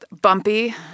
bumpy